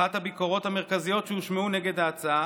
אחת הביקורות המרכזיות שהושמעו נגד ההצעה